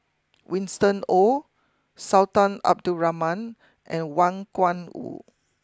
Winston Oh Sultan Abdul Rahman and Wang Gungwu